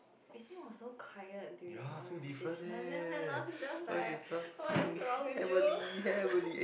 Evelyn was so quiet during orientation then after that now she's just like what is wrong with you